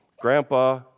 Grandpa